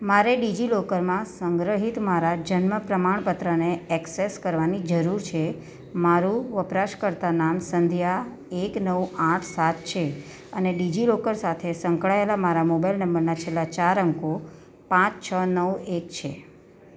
મારે ડિજિલોકરમાં સંગ્રહિત મારાં જન્મ પ્રમાણપત્રને એક્સેસ કરવાની જરૂર છે મારું વપરાશકર્તા નામ સંધ્યા એક નવ આઠ સાત છે અને ડિજિલોકર સાથે સંકળાયેલા મારા મોબાઇલ નંબરનાં છેલ્લા ચાર અંકો પાંચ છ નવ એક છે